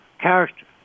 character